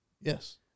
Yes